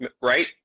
Right